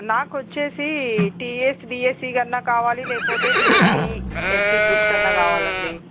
నాకు వచ్చి టీఎస్డిఎస్సి అన్నా కావాలి లేకపోతే టిఎస్పిఎస్సి బుక్స్ అన్నా కావాలండి